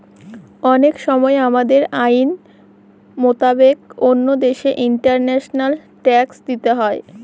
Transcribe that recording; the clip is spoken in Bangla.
অনেক সময় আমাদের আইন মোতাবেক অন্য দেশে ইন্টারন্যাশনাল ট্যাক্স দিতে হয়